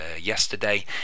yesterday